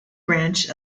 branch